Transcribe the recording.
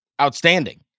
outstanding